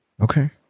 Okay